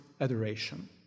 adoration